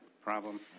problem